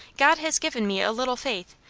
god has given me a little faith,